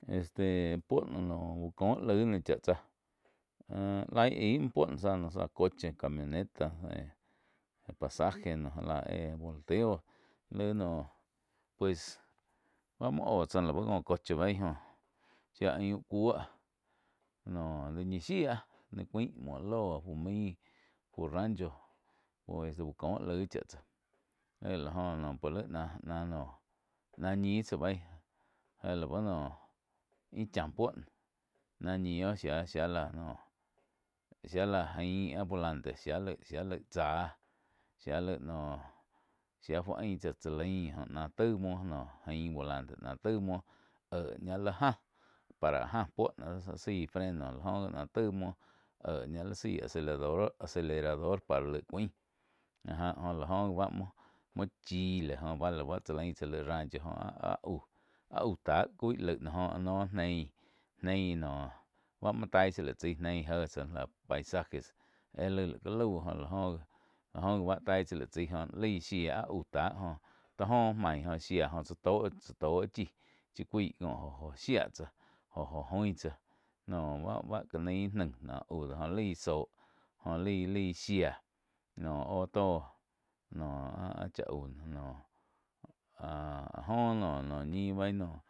Este puo úh kó laig chá tsáh áh laig ai muo puo záh. záh coche camioneta pasaje noh já lá éh volteo laig noh pues bá muo óh tsá lau có coche béi. Joh shía aiun cúo noh dóh ñi zíah ni cuain muo loh fu main fu rancho pues úh kó laih cha tsá éh la joh noh pue náh-náh noh náh ñih tsá bei jéh lau noh íh chá puo náh ñi óh shía-shía la jo shía la jain áh volante shía laig-shía laig tsáh shía laig noh. Shá fu ain tsá tsá lain jóh náh taig muo noh gain volante náh taig muo éh ña li jáh para áh ja puo zái freno lá joh náh taig muo éh ña li zái acelerador-acelerador para laig cúain áh já oh la joh bá muo chi laig joh bá cha lain tsá laig rancho joh áh-áh aú, áh aú tá coig laig joh áh noh nein, nein noh báh muo taí cha laig tsaí neí jé tsáh paisajes éh lai laig ka lau lá oh gih bá tai tsáh laig chai jo lai shía áh aú tá joh tó main jo shiá jo chá tó, cha tó chí, chí cuái có joh, joh shía tsáh jo-jo oin tsáh noh bá-báh ka nain íh naig no aug do jo laí zóh joh lai-lai shía noh óh tó, noh áh-áh chá au noh áh jo noh-noh ñí beí.